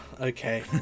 okay